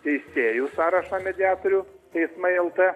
teisėjų sąrašo mediatorių teismai el t